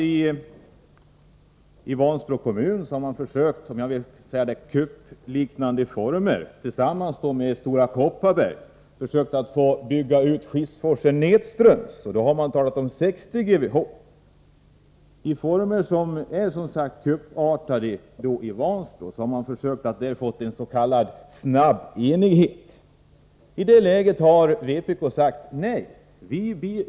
I Vansbro kommun har man i vad jag vill kalla kuppliknande former försökt att tillsammans med Stora Kopparberg få bygga ut Skifsforsen nedströms — då har man talat om 60 GWh. I kuppartade former har man i Vansbro försökt nå en s.k. snabb enighet. I detta läge har vpk sagt nej.